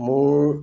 মোৰ